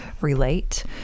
relate